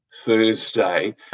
Thursday